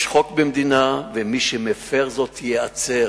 יש חוק במדינה, ומי שמפר זאת ייעצר,